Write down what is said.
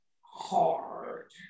hard